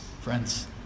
Friends